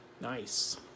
Nice